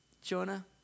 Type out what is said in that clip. Jonah